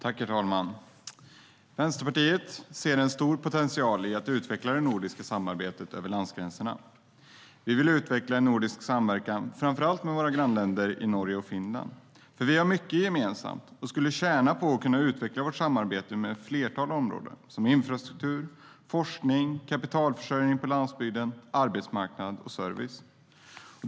Herr talman! Vänsterpartiet ser en stor potential i att utveckla det nordiska samarbetet över landsgränserna. Vi vill utveckla nordisk samverkan framför allt med våra grannländer Norge och Finland. Vi har mycket gemensamt och skulle tjäna på att utveckla vårt samarbete på ett flertal områden, som infrastruktur, forskning, kapitalförsörjning på landsbygden, arbetsmarknad och service.